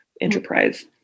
Enterprise